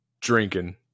Drinking